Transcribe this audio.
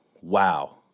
Wow